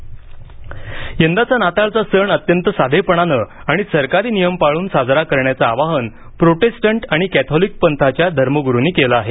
नाताळ साधेपणाने यंदाचा नाताळचा सण अत्यंत साधेपणानं आणि सरकारी नियम पाळून साजरा करण्याचं आवाहन प्रोटेस्टंट आणि कॅथोलिक पंथांच्या धर्मगुरूंनी केलं आहे